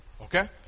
Okay